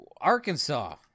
Arkansas